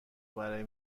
برای